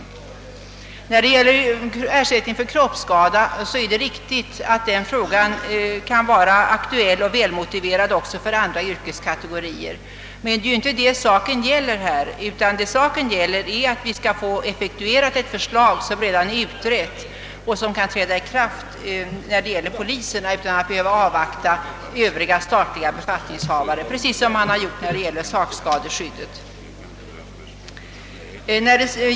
Det är riktigt att en ersättning för kroppsskada kan vara aktuell och väl motiverad även för andra yrkeskategorier. Det är dock inte detta saken gäller utan att vi skall få effektuerat ett förslag, som redan är utrett och som kan träda i kraft när det gäller polisen utan att man behöver avvakta andra statliga befattningshavare, alltså precis som man har gjort när det gäller sakskadeskyddet.